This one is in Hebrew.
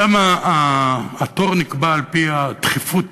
שם התור נקבע על-פי הדחיפות